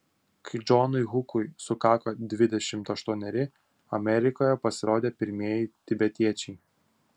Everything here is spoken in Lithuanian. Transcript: kai džonui hukui sukako dvidešimt aštuoneri amerikoje pasirodė pirmieji tibetiečiai